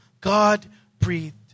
God-breathed